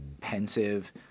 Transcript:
pensive